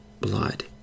blood